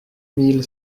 mille